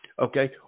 Okay